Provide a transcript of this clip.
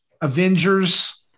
Avengers